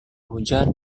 hujan